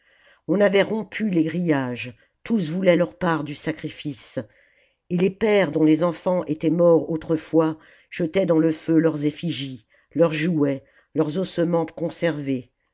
on avait rompu les grillages tous voulaient leur part du sacrifice et les pères dont les enfants étaient morts autrefois jetaient dans le feu leurs effigies leurs jouets leurs ossements conservés